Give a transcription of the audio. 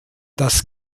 das